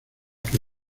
que